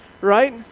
right